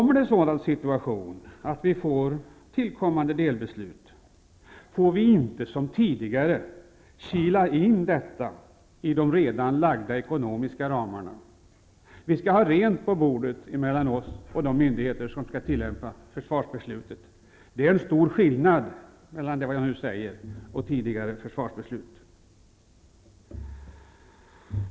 Eventuella tillkommande delbeslut får inte som tidigare kilas in i de ekonomiska ramarna. Vi skall ha rent på bordet mellan oss och de myndigheter som skall tillämpa försvarsbeslutet. Det är en stor skillnad mellan det jag nu säger och tidigare försvarsbeslut.